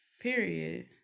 Period